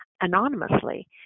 anonymously